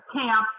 camp